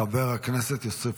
חבר הכנסת יוסף